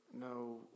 No